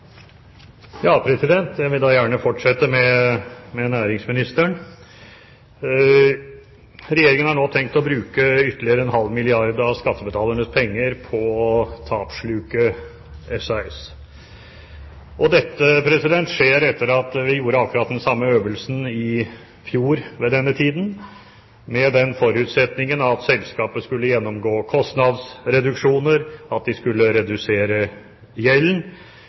Jeg vil gjerne fortsette med næringsministeren. Regjeringen har nå tenkt å bruke ytterligere en halv milliard kr av skattebetalernes penger på tapssluket SAS, og dette skjer etter at vi gjorde akkurat den samme øvelsen i fjor på denne tiden, med den forutsetningen at selskapet skulle gjennomgå kostnadsreduksjoner, at de skulle redusere gjelden.